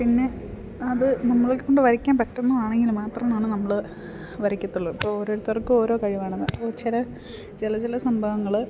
പിന്നെ അത് നമ്മളേക്കൊണ്ട് വരയ്ക്കാൻ പറ്റുന്നതാണെങ്കിൽ മാത്രമാണ് നമ്മൾ വരയ്ക്കത്തുള്ളു ഇപ്പോൾ ഓരോരുത്തർക്കും ഓരോ കഴിവാണ് അപ്പോൾ ചില ചില ചില സംഭവങ്ങൾ